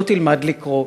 לא תלמד לקרוא,